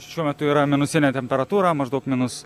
šiuo metu yra minusinė temperatūra maždaug minus